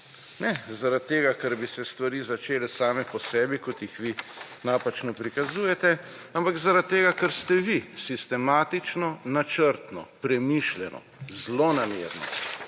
Ne zaradi tega, ker bi se stvari začele same po sebi, kot jih vi napačno prikazujete, ampak zaradi tega, ker ste vi sistematično, načrtno, premišljeno, zlonamerno